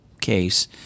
case